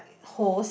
host